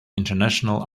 international